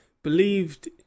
believed